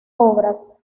obras